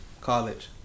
college